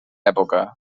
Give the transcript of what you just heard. època